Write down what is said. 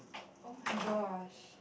oh-my-gosh